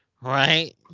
right